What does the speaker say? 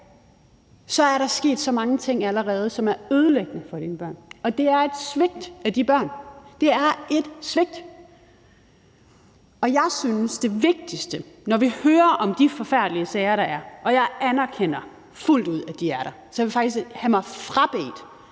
så er der sket så mange ting allerede, som er ødelæggende for dine børn. Det er et svigt af de børn, det er et svigt. Vi hører om de forfærdelige sager, der er – og jeg anerkender fuldt ud, at de er der – og jeg vil faktisk have mig frabedt,